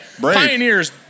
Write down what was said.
pioneers